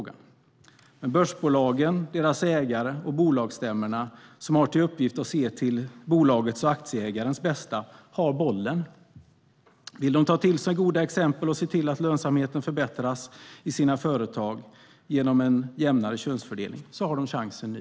Det är börsbolagen, deras ägare och bolagsstämmor, som har att se till bolagens och aktieägarnas bästa. Det är de som har bollen. Vill de ta till sig goda exempel och se till att lönsamheten i deras företag förbättras genom en jämnare könsfördelning har de chansen nu.